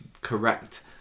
correct